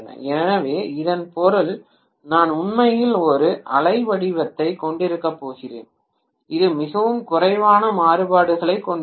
எனவே இதன் பொருள் நான் உண்மையில் ஒரு அலை வடிவத்தைக் கொண்டிருக்கப் போகிறேன் இது மிகவும் குறைவான மாறுபாடுகளைக் கொண்டிருக்கும்